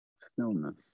stillness